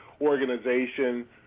organization